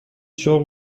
شغل